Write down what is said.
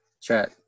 chat